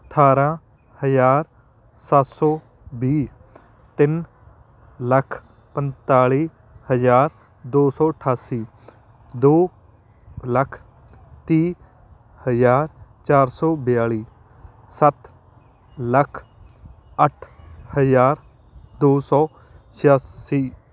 ਅਠਾਰਾਂ ਹਜ਼ਾਰ ਸੱਤ ਸੌ ਵੀਹ ਤਿੰਨ ਲੱਖ ਪੰਤਾਲੀ ਹਜ਼ਾਰ ਦੋ ਸੌ ਅਠਾਸੀ ਦੋ ਲੱਖ ਤੀਹ ਹਜ਼ਾਰ ਚਾਰ ਸੌ ਬਿਆਲੀ ਸੱਤ ਲੱਖ ਅੱਠ ਹਜ਼ਾਰ ਦੋ ਸੌ ਛਿਆਸੀ